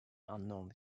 unknown